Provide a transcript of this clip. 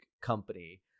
company